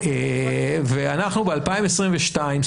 אנחנו ב-2022,